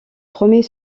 premier